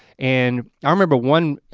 and i remember one,